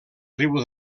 riu